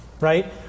right